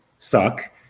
Suck